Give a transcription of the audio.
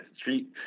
street